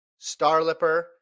Starlipper